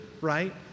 right